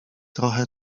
trochę